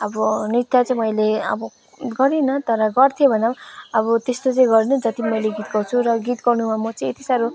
अब नृत्य चाहिँ मैले अब गरिनँ तर गर्थेँ भन्दा पनि अब त्यस्तो चाहिँ गर्दिनँ जस्तो मैले गीत गाउँछु र गीत गाउनुमा म चाहिँ यति साह्रो